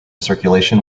circulation